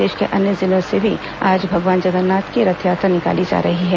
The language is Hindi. प्रदेश के अन्य जिलों में भी आज भगवान जगन्नाथ की रथयात्रा निकाली जा रही हैं